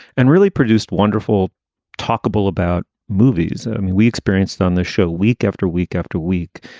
and really produced wonderful torkel about movies. i mean, we experienced on the show week after week after week,